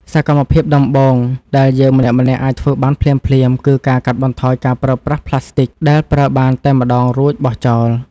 សកម្មភាពដំបូងដែលយើងម្នាក់ៗអាចធ្វើបានភ្លាមៗ គឺការកាត់បន្ថយការប្រើប្រាស់ផ្លាស្ទិកដែលប្រើបានតែម្តងរួចបោះចោល។